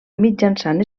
mitjançant